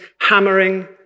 hammering